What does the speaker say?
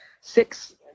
six